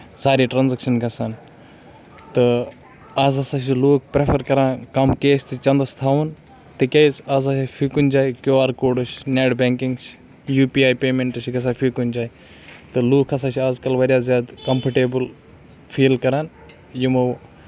سارے ٹرانزکشن گژھان تہٕ آز ہسا چھِ لُکھ پرٮ۪فر کران کَم کیس تہِ چَندَس تھاوُن تِکیازِ آز چھِ فی کُنہِ جایہِ کیو آر کوڈٕچ net banking U P I payment چھِ گژھان فی کُنہِ جایہِ تہٕ لُکھ ہسا چھِ آز کل واریاہ زیادٕ کَمفٲٹیبٕل فیٖل کران یِمو